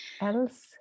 else